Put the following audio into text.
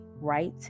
right